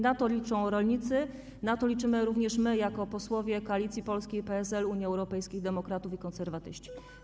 Na to liczą rolnicy, na to liczymy również my, posłowie klubu Koalicja Polska - PSL, Unia Europejskich Demokratów, Konserwatyści.